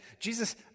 Jesus